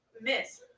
miss